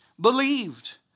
believed